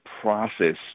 process